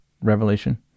Revelation